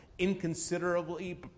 inconsiderably